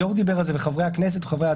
דיברו על זה היו"ר וחברי הוועדה.